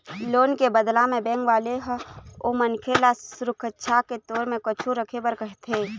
loan के बदला म बेंक वाले ह ओ मनखे ल सुरक्छा के तौर म कुछु रखे बर कहिथे